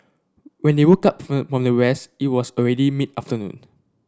when they woke up from their rest it was already mid afternoon